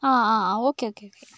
ആ ആ okay okay okay